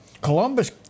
Columbus